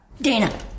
Dana